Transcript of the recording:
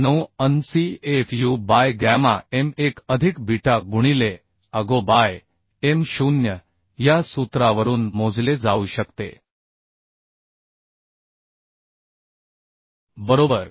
9An c Fu by gamma m1 अधिक beta गुणिले Ago by m0 या सूत्रावरून मोजले जाऊ शकते बरोबर